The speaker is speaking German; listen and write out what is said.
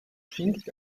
schienst